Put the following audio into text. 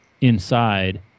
inside